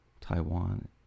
Taiwan